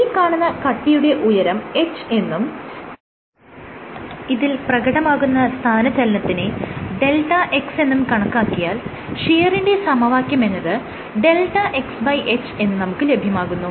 ഈ കാണുന്ന കട്ടിയുടെ ഉയരം h എന്നും ഇതിൽ പ്രകടമായ സ്ഥാനചലനത്തിനെ Δx എന്നും കണക്കാക്കിയാൽ ഷിയറിന്റെ സമവാക്യമെന്നത് Δxh എന്ന് നമുക്ക് ലഭ്യമാകുന്നു